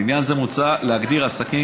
לעניין זה מוצע להגדיר עסקים: